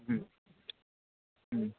ହୁଁ ହୁଁ